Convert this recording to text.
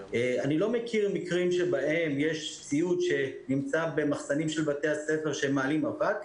אני לא מכיר מקרים שבהם יש ציוד שנמצא במחסנים של בתי הספר ומעלה אבק.